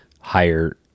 higher